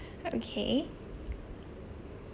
okay